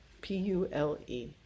P-U-L-E